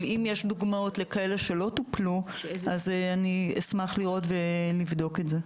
אבל אם יש דוגמאות לכאלה שלא טופלו אז אני אשמח לראות ולבדוק את זה.